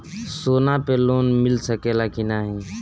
सोना पे लोन मिल सकेला की नाहीं?